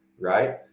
right